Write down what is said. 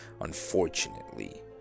unfortunately